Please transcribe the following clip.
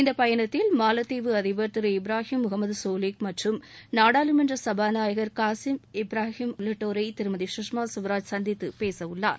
இந்த பயணத்தில் மாலத்தீவு அதிபா் திரு இப்ராஹிம் முகமது சோலி மற்றும் நாடாளுமன்ற சுபாநாயகா காசிம் இப்ராஹிம் உள்ளிட்டோரை திருமதி சுஷ்மா சுவராஜ் சந்தித்து பேச உள்ளார்